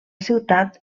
ciutat